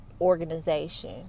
organization